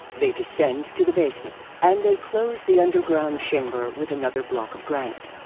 they descend to the basement and they close the underground chamber with another block of granite.